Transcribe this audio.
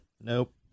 Nope